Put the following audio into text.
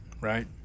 right